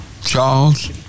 Charles